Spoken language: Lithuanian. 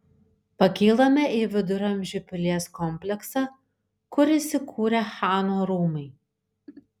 pakylame į viduramžių pilies kompleksą kur įsikūrę chano rūmai